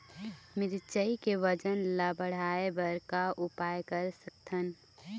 मिरचई के वजन ला बढ़ाएं बर का उपाय कर सकथन?